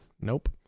Nope